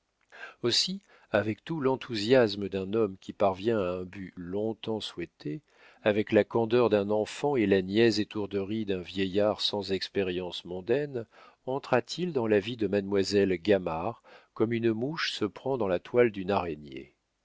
aussi avec tout l'enthousiasme d'un homme qui parvient à un but long-temps souhaité avec la candeur d'un enfant et la niaise étourderie d'un vieillard sans expérience mondaine entra t il dans la vie de mademoiselle gamard comme une mouche se prend dans la toile d'une araignée